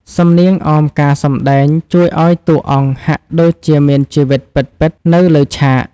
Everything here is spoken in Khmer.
សំនៀងអមការសម្ដែងជួយឱ្យតួអង្គហាក់ដូចជាមានជីវិតពិតៗនៅលើឆាក។